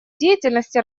деятельности